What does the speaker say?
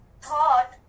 thought